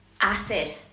acid